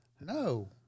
No